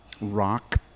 rock